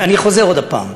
אני חוזר עוד פעם: